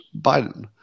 Biden